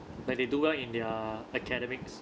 like they do well in their academics